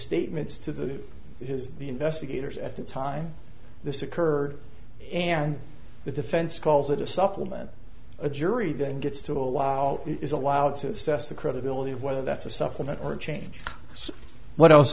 statements to his the investigators at the time this occurred and the defense calls it a supplement a jury then gets to allow is allowed to assess the credibility whether that's a supplement or a change so what else